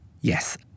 Yes